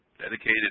dedicated